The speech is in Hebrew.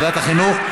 ועדת החינוך.